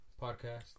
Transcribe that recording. podcast